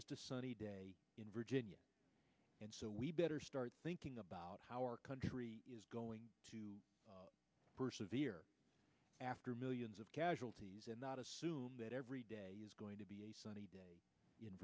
just a sunny day in virginia and so we better start thinking about how our country is going to persevere after millions of casualties and not assume that every day is going to be a sunny day in